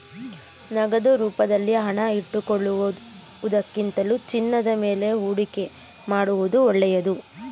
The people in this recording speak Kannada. ನಗದು ರೂಪದಲ್ಲಿ ಹಣ ಇಟ್ಟುಕೊಳ್ಳುವುದಕ್ಕಿಂತಲೂ ಚಿನ್ನದ ಮೇಲೆ ಹೂಡಿಕೆ ಮಾಡುವುದು ಒಳ್ಳೆದು